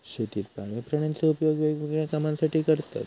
शेतीत पाळीव प्राण्यांचो उपयोग वेगवेगळ्या कामांसाठी करतत